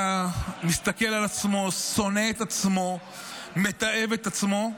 היה מסתכל על עצמו, שונא את עצמו, מתעב את עצמו.